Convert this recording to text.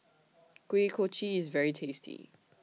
Kuih Kochi IS very tasty